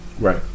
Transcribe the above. Right